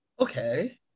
okay